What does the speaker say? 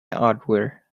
hardware